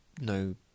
no